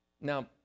now